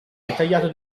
dettagliato